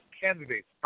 candidates